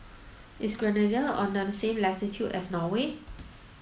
is Grenada on that same latitude as Norway